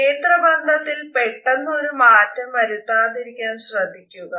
നേത്രബന്ധത്തിൽ പെട്ടെന്ന് ഒരു മാറ്റം വരുത്താതിരിക്കാൻ ശ്രദ്ധിക്കുക